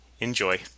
Enjoy